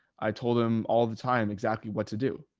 i told him all the time exactly what to do.